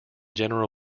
general